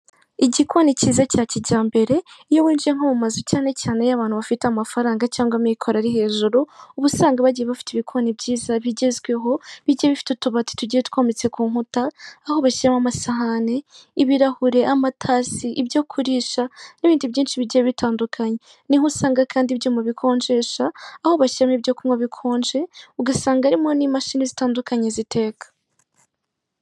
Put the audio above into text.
igikoni cyiza cya kijyambere iyo winjiyemo nko mu mazu cyane cyane y'abantu bafite amafaranga cyangwa amikoro ari hejuru ubu usanga bagiye bafite ibikoni byiza bigezweho bigiye bifite utubati tugiye twometse ku nkuta aho bashyiramo amasahani y'ibirahuri amatazi ibyo kurisha n'ibindi byinshi bigiye bitandukanye niho usanga kandi byo mu bikonjesha aho bashyiramo ibyo kunywa bikonje ugasanga harimo n'imashini zitandukanye ziteka.